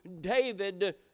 David